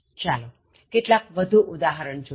ચાલોકેટલાક વધું ઉદાહરણ જોઇએ